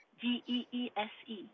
G-E-E-S-E